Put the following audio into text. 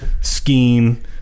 scheme